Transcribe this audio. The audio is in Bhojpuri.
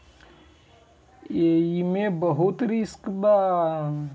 एईमे बहुते रिस्क बा